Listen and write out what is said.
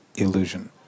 illusion